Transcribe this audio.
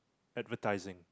advertising